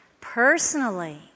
Personally